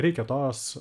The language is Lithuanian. reikia tos